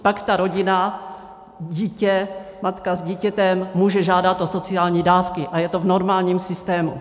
Pak ta rodina, dítě, matka s dítětem může žádat o sociální dávky a je to v normálním systému.